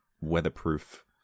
weatherproof